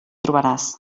trobaràs